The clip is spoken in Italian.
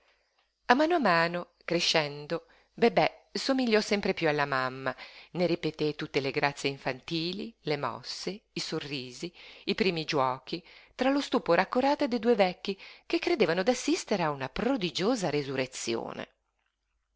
a mano a mano crescendo bebè somigliò sempre piú alla mamma ne ripeté tutte le grazie infantili le mosse i sorrisi i primi giuochi tra lo stupore accorato de due vecchi che credevano d'assistere a una prodigiosa resurrezione